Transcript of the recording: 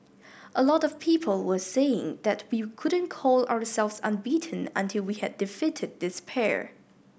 a lot of people were saying that we couldn't call ourselves unbeaten until we had defeated this pair